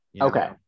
Okay